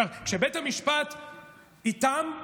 כשבית המשפט איתם,